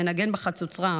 מנגן בחצוצרה,